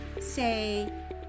Say